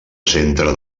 centre